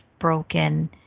broken